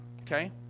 okay